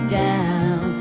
down